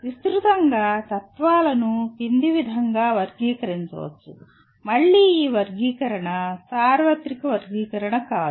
విస్తృతంగా తత్వాలను కింద విధంగా వర్గీకరించవచ్చు మళ్ళీ ఈ వర్గీకరణ సార్వత్రిక వర్గీకరణ కాదు